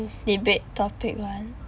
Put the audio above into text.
debate topic one